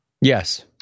Yes